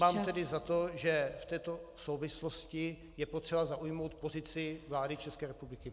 Mám tedy za to, že v této souvislosti je potřeba zaujmout pozici vlády České republiky.